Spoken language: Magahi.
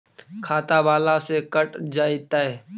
खाता बाला से कट जयतैय?